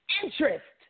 interest